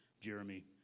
Jeremy